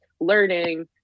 learning